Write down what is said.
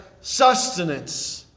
sustenance